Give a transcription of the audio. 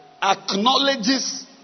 acknowledges